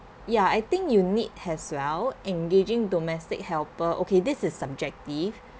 ya I think you need has well engaging domestic helper okay this is subjective